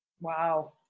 Wow